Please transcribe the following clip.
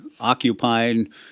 occupying